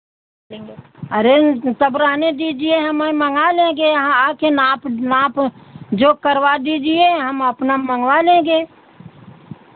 अरे तब रहने दीजिए हमे मँगा लेंगे यहाँ आके नाप नाप जोख करवा दीजिए हम अपना मँगवा लेंगे